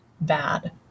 bad